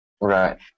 Right